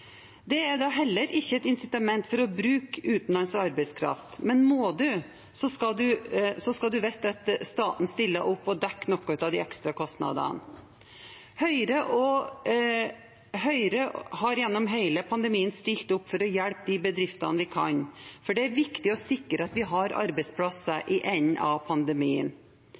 Det er da heller ikke et insitament for å bruke utenlandsk arbeidskraft, men må man, skal man vite at staten stiller opp og dekker noe av de ekstrakostnadene. Høyre har gjennom hele pandemien stilt opp for å hjelpe de bedriftene vi kan, for det er viktig å sikre at vi har arbeidsplasser i enden av pandemien.